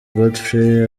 godfrey